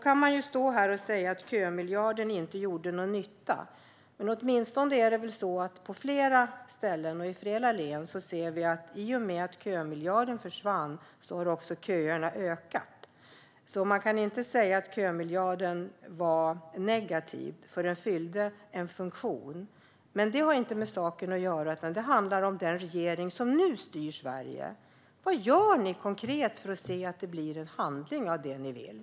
Man kan stå här och säga att kömiljarden inte gjorde någon nytta, men det är väl åtminstone så att vi på flera ställen och i flera län ser att i och med att kömiljarden försvunnit har köerna ökat. Man kan alltså inte säga att kömiljarden var negativ, för den fyllde en funktion. Det har dock inte med saken att göra. Det här handlar om den regering som nu styr Sverige. Vad gör ni konkret för att se till att det blir handling av det ni vill?